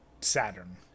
Saturn